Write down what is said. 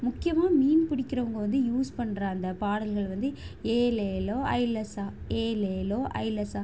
முக்கியமாக மீன் பிடிக்கிறவங்க வந்து யூஸ் பண்ணுற அந்த பாடல்கள் வந்து ஏலேலோ ஐலசா எலேலோ ஐலசா